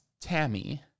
Tammy